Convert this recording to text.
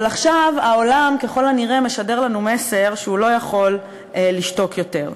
אבל עכשיו העולם ככל הנראה משדר לנו מסר שהוא לא יכול לשתוק יותר.